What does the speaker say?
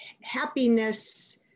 happiness